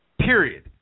Period